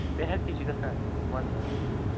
بےٚ ہیٚکتھے چھِ گژھان مَنٛز منٛز